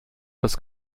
das